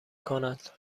کند